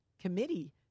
committee